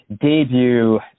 Debut